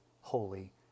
holy